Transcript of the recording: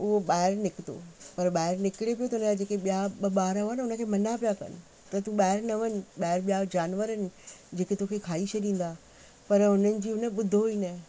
उहो ॿाहिरि निकितो पर ॿाहिरि निकिरी बि त हुनजा जेके ॿिया ॿ ॿार हुआ न हुनखे मना पिया कनि त तूं ॿाहिरि न वञ ॿाहिरि ॿिया जानवर आहिनि जेके तोखे खाई छॾींदा पर हुननि जी उहो ॿुधो ई न